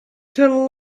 tell